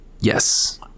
Yes